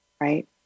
right